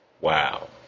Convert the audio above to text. Wow